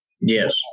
Yes